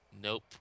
Nope